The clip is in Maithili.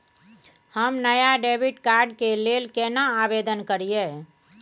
हम नया डेबिट कार्ड के लेल केना आवेदन करियै?